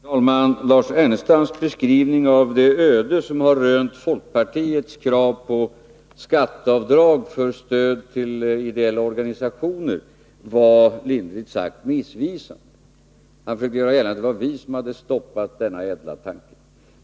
Herr talman! Lars Ernestams beskrivning av det öde som rönt folkpartiets krav på skatteavdrag för stöd till ideella organisationer var lindrigt sagt missvisande; han försökte göra gällande att det var vi som hade stoppat denna ädla tanke.